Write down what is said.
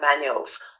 manuals